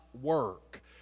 work